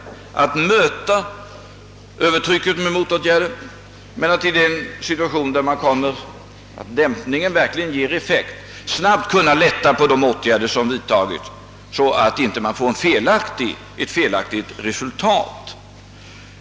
Det gäller att möta övertrycket med motåtgärder men när dämpningen verkligen givit effekt skall man snabbt kunna börja lätta på de vidtagna åtgärderna, så att det inte uppstår ett icke önskvärt resultat.